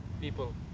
people